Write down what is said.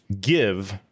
give